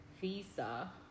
visa